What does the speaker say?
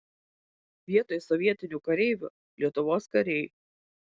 vietoj sovietinių kareivių lietuvos kariai